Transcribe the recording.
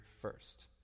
first